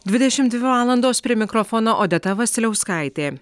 dvidešimt dvi valandos prie mikrofono odeta vasiliauskaitė